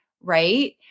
right